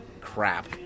crap